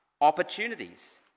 opportunities